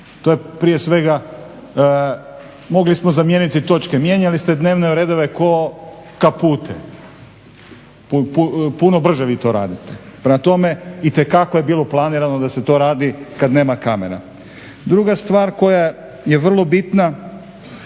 To je prije svega, mogli smo zamijeniti točke, mijenjali ste dnevne redove ko kapute, puno brže vi to radite. Prema tome, itekako je bilo planirano da se to radi kad nema kamera. Druga stvar koja je vrlo bitna,